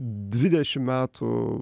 dvidešim metų